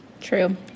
True